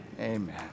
Amen